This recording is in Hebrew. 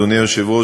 אדוני היושב-ראש,